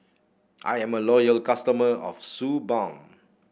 I am a loyal customer of Suu Balm